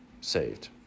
saved